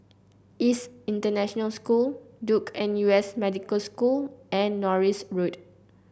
ISS International School Duke N U S Medical School and Norris Road